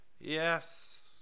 Yes